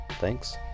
Thanks